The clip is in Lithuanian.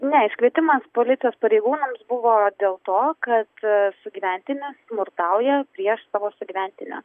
ne iškvietimas policijos pareigūnams buvo dėl to kad sugyventinis smurtauja prieš savo sugyventinę